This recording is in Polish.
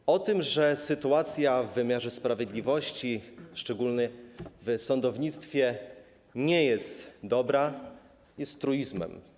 Mówienie o tym, że sytuacja w wymiarze sprawiedliwości, szczególnie w sądownictwie, nie jest dobra, jest truizmem.